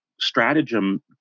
Stratagem